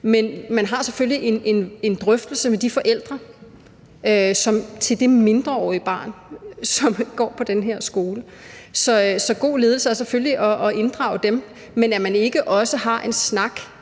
Man har selvfølgelig en drøftelse med forældrene til det mindreårige barn, som går på den her skole. Så god ledelse er selvfølgelig at inddrage dem, men at man ikke også har en snak